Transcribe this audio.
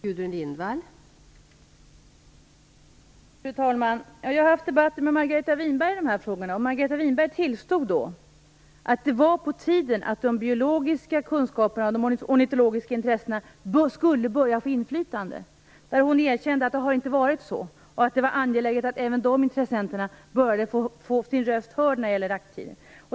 Fru talman! Jag har även debatterat de här frågorna med Margareta Winberg. Margareta Winberg tillstod då att det var på tiden att de biologiska kunskaperna och de ornitologiska intressena började få inflytande. Hon erkände att det inte har varit så och att det var angeläget att även dessa intressenter började få sin röst hörd när det gällde jakttiden.